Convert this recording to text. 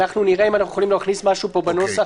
אנחנו נראה אם אנחנו יכולים להכניס משהו פה בנוסח